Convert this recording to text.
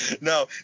no